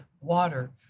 water